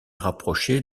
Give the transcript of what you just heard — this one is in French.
rapproché